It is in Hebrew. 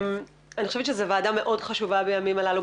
אני חושבת שזו ועדה מאוד חשובה בימים הללו.